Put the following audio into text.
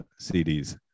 CDs